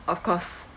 of course